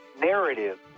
narrative